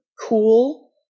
cool